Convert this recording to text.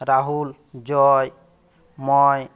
রাহুল জয় ময়